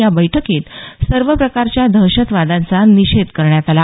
या बैठकीत सर्व प्रकारच्या दहशतवादांचा निषेध करण्यात आला